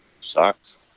Sucks